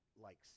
likes